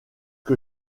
que